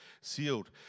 sealed